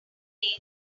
latin